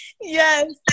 Yes